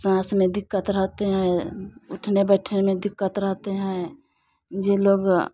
साँस में दिक्कत रहते हैं उठने बैठने में दिक्कत रहते हैं जी लोग